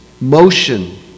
Motion